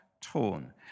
torn